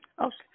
Okay